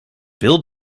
bill